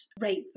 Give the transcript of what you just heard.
rape